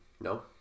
no